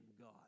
God